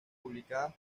publicadas